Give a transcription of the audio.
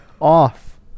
off